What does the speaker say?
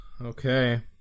Okay